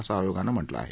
असं आयोगानं म्हटलं आहे